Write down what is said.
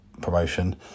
promotion